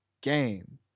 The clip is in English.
game